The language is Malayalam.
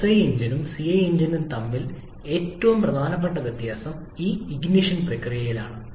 എസ്ഐ എഞ്ചിനും സിഐ എഞ്ചിനും തമ്മിലുള്ള ഏറ്റവും പ്രധാനപ്പെട്ട വ്യത്യാസം ഈ ഇഗ്നിഷൻ പ്രക്രിയയിലാണ്